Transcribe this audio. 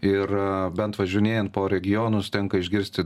ir bent važinėjant po regionus tenka išgirsti